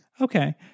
Okay